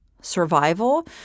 survival